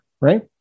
right